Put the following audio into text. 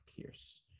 Pierce